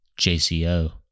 JCO